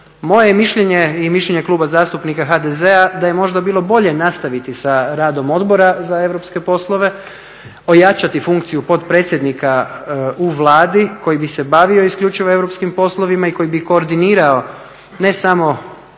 je mišljenje i mišljenje Kluba zastupnika HDZ-a da je možda bilo bolje nastaviti sa radom Odbora za europske poslove, ojačati funkciju potpredsjednika u Vladi koji bi se bavio isključivo europskim poslovima i koji bi koordinirao ne samo